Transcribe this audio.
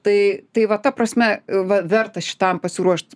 tai tai va ta prasme va verta šitam pasiruošt